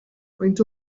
faint